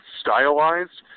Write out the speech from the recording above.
stylized